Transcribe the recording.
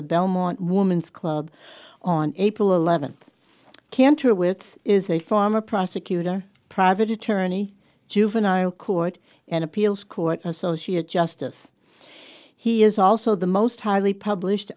the belmont woman's club on april eleventh kantrowitz is a former prosecutor private attorney juvenile court and appeals court associate justice he is also the most highly published